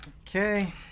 Okay